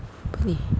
apa ni